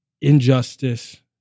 injustice